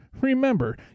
Remember